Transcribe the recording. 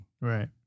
Right